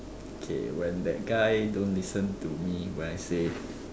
K when that guy don't listen to me when I say